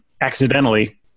accidentally